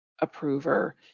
approver